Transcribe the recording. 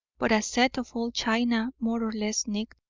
but a set of old china more or less nicked.